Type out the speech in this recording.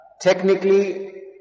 technically